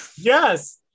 Yes